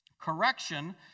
Correction